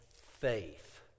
faith